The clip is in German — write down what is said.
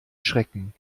schrecken